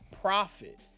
profit